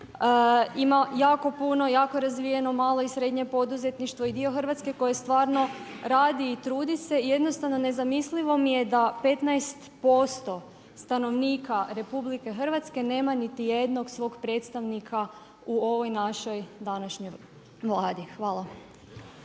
ima jako puno, jako razvijeno malo i srednje poduzetništvo i dio Hrvatske koji stvarno radi i trudi se. Jednostavno nezamislivo mi je da 15% stanovnika RH nema niti jednog svog predstavnika u ovoj našoj današnjoj Vladi. Hvala.